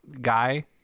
guy